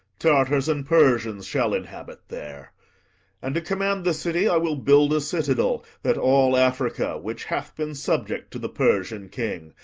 tartars and persians shall inhabit there and, to command the city, i will build a citadel, that all africa, which hath been subject to the persian king,